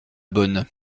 bonne